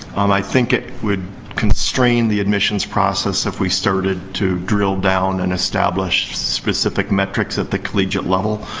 um i think it would constrain the admissions process if we started to drill down and establish specific metrics at the collegiate level.